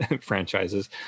franchises